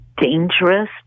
dangerous